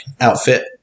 outfit